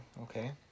okay